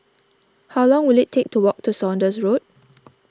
how long will it take to walk to Saunders Road